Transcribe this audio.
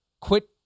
quit